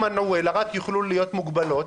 רק יוכלו להיות מוגבלות,